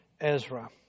Ezra